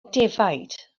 defaid